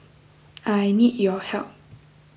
I need your help